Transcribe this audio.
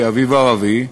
כאביב ערבי,